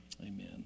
Amen